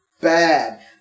bad